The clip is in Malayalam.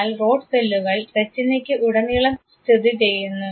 എന്നാൽ കോൺ സെല്ലുകൾ റെറ്റിനയ്ക്ക് ഉടനീളം സ്ഥിതി ചെയ്യുന്നു